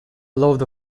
load